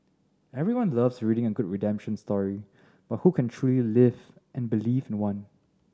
everyone loves reading a good redemption story but who can truly live and believe in one